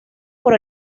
por